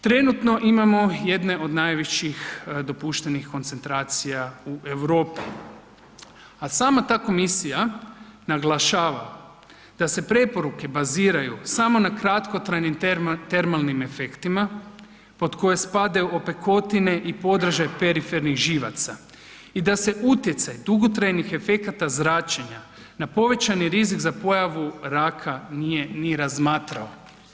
Trenutno imamo jedne od najvećih dopuštenih koncentracija u Europi, a sama ta Komisija naglašava da se preporuke baziraju na kratkotrajnim termalnim efektima pod koje spadaju opekotine i podražaj perifernih živaca i da se utjecaj dugotrajnih efekata zračenja na povećani rizik za pojavu raka nije ni razmatrao.